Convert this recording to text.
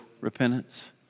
repentance